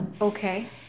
Okay